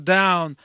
down